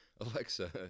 Alexa